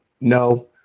No